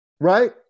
right